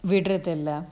விட்றதில்ல:vidrathilla